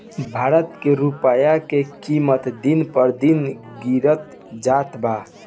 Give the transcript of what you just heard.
भारत के रूपया के किमत दिन पर दिन गिरत जात बा